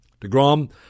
DeGrom